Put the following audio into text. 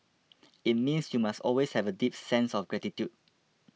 it means you must always have a deep sense of gratitude